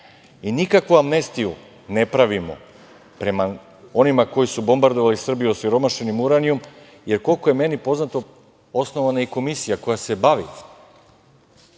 narodu. Nikakvu amnestiju ne pravimo prema onima koji su bombardovali Srbiju osiromašenim uranijumom, jer koliko je meni poznato osnovana je i Komisija koja se bavi